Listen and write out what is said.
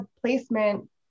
placement